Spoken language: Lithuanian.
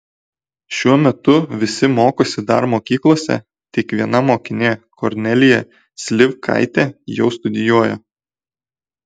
šiuo metu visi mokosi dar mokyklose tik viena mokinė kornelija slivkaitė jau studijuoja